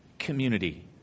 Community